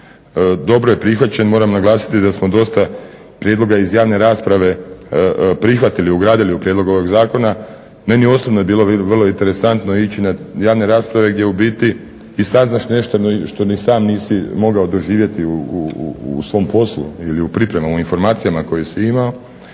dobro je prihvaćen, moram naglasiti da smo dosta prijedloga iz javne rasprave prihvatili, ugradili u prijedlog ovog zakona. Meni osobno je bilo vrlo interesantno ići na javne rasprave, gdje ubiti i saznaš nešto što ni sam nisi mogao doživjeti u svom poslu, ili u pripremama, informacijama koje si imao.